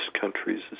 countries